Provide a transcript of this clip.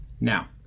now